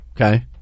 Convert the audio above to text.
Okay